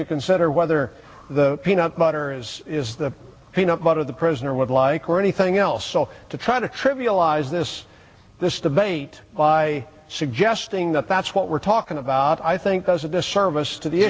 to consider whether the peanut butter as is the peanut butter the prisoner would like or anything else so to try to trivialize this this debate by suggesting that that's what we're talking about i think does a disservice to the